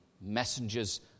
messengers